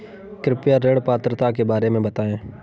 कृपया ऋण पात्रता के बारे में बताएँ?